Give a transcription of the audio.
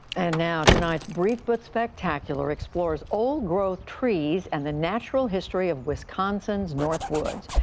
and now tonight's brief but spectacular explores old growth trees and the natural history of wisconsin's northwoods.